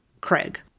Craig